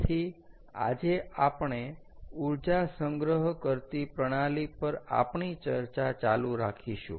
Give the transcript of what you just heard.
તેથી આજે આપણે ઊર્જા સંગ્રહ કરતી પ્રણાલી પર આપણી ચર્ચા ચાલુ રાખીશું